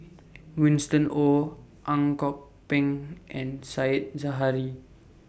Winston Oh Ang Kok Peng and Said Zahari